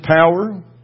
power